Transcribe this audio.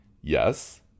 yes